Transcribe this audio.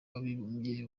w’abibumbye